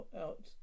out